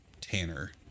Tanner